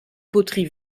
poteries